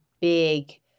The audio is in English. big